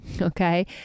Okay